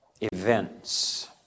events